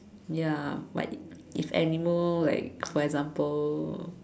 ya like if animal like for example